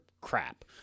crap